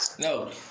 no